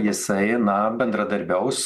jisai na bendradarbiaus